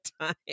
time